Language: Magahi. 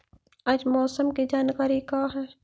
आज मौसम के जानकारी का हई?